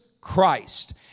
Christ